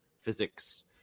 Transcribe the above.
physics